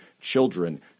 children